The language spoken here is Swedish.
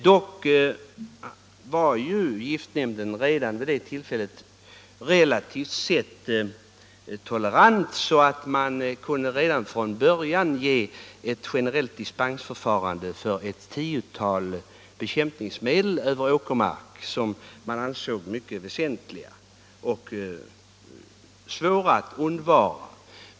Dock var giftnämnden redan vid det tillfället relativt tolerant, det gavs redan från början generell dispens för ett tiotal bekämpningsmedel när det gällde spridning över åkermark. Det var fråga om bekämpningsmedel som ansågs mycket väsentliga och svåra att undvara.